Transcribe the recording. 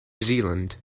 zealand